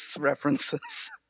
references